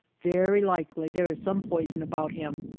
very likely there is some poison about him,